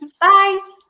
Bye